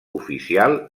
oficial